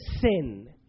sin